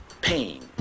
Pain